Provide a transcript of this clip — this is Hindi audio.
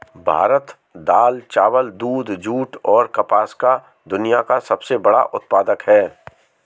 भारत दाल, चावल, दूध, जूट, और कपास का दुनिया का सबसे बड़ा उत्पादक है